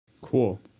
Cool